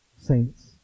saints